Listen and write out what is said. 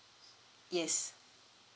yes